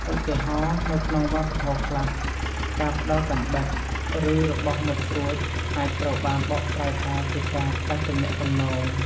ឧទាហរណ៍ នៅក្នុងវប្បធម៌ខ្លះ ការផ្តល់កាំបិត ឬរបស់មុតស្រួច អាចត្រូវបានបកស្រាយថាជាការផ្តាច់ទំនាក់ទំនង។